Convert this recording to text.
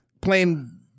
playing